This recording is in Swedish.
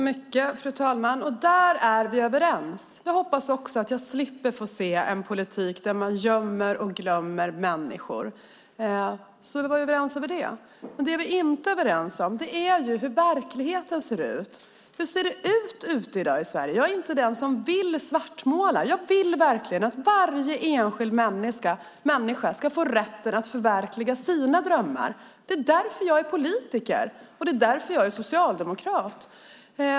Fru talman! Där är vi överens. Också jag hoppas att jag slipper att få se en politik där man glömmer och gömmer människor. Det vi inte är överens om är hur verkligheten ser ut. Hur ser det ut i dag i Sverige? Jag är inte den som vill svartmåla. Jag vill verkligen att varje enskild människa får rätten att förverkliga sina drömmar. Det är därför jag är politiker, och det är därför jag är socialdemokrat.